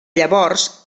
llavors